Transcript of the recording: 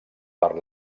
per